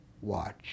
watch